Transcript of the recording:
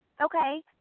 Okay